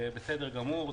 בסדר גמור.